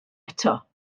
eto